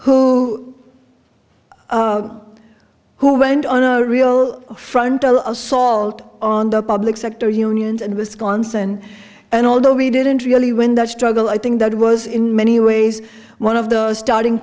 who who went on a real frontal assault on the public sector unions and wisconsin and although we didn't really win that struggle i think that was in many ways one of the starting